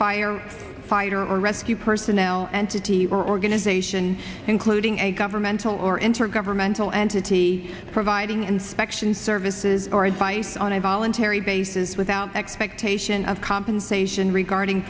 fire fighter or rescue personnel entity or organization including a governmental or enter governmental entity providing inspection services or advice on a voluntary basis without expectation of compensation regarding